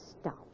stop